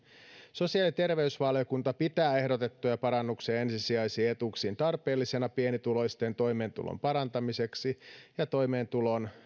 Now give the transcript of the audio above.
sosiaali ja terveysvaliokunta pitää ehdotettuja parannuksia ensisijaisiin etuuksiin tarpeellisina pienituloisten toimeentulon parantamiseksi ja toimeentulotuen